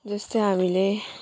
जस्तै हामीले